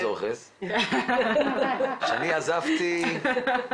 זה לא ירד.